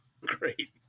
great